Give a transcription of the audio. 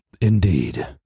Indeed